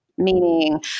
meaning